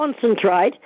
concentrate